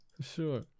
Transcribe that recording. Sure